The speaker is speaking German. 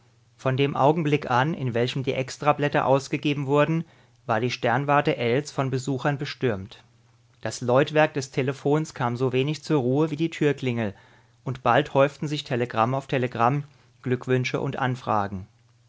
von dem augenblick an in welchem die extrablätter ausgegeben wurden war die sternwarte ells von besuchern bestürmt das läutwerk des telephons kam so wenig zur ruhe wie die türklingel und bald häuften sich telegramm auf telegramm glückwünsche und anfragen